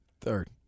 Third